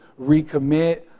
recommit